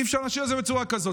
אי-אפשר להשאיר את זה בצורה כזאת,